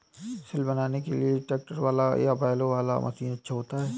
सिल बनाने के लिए ट्रैक्टर वाला या बैलों वाला मशीन अच्छा होता है?